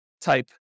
type